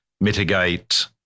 mitigate